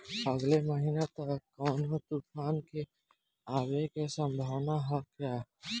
अगले महीना तक कौनो तूफान के आवे के संभावाना है क्या?